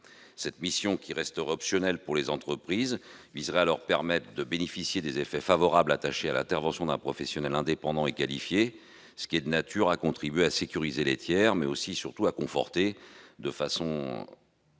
Cette mission, qui restera optionnelle pour les entreprises, vise à leur permettre de bénéficier des effets favorables attachés à l'intervention d'un professionnel indépendant et qualifié, qui est de nature à contribuer à sécuriser les tiers, mais aussi et surtout à conforter, de façon à la